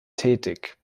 tätig